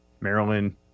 Maryland